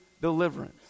deliverance